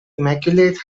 immaculate